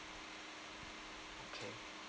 okay